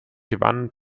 gewann